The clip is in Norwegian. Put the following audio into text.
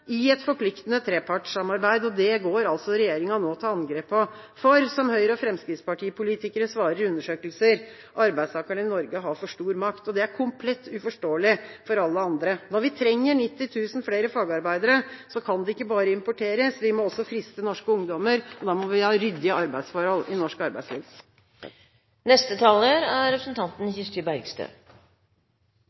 i et forpliktende trepartssamarbeid. Det går regjeringa nå til angrep på, fordi – som høyrepolitikere og fremskrittspartipolitikere svarer i undersøkelser – arbeidstakerne i Norge har for stor makt. Det er komplett uforståelig for alle andre. Når vi trenger 90 000 flere fagarbeidere, kan de ikke bare importeres. Vi må også friste norske ungdommer, og da må vi ha ryddige arbeidsforhold i norsk arbeidsliv.